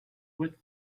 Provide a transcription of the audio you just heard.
what